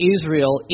Israel